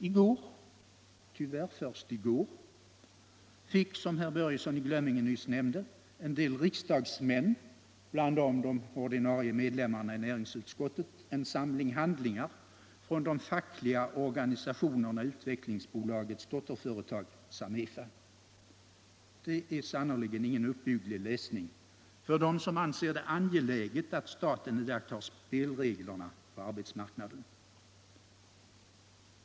I går — tyvärr först i går — fick som herr Börjesson i Glömminge nyss nämnde en del riksdagsmän, bland dem de ordinarie medlemmarna i näringsutskottet, en samling handlingar från de fackliga organisationerna i Utvecklingsaktiebolagets dotterföretag Samefa. Det är ingen uppbygglig läsning för dem som anser det angeläget, att staten iakttar spelreglerna på arbetsmarknaden.